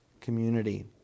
community